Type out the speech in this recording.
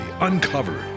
Uncovered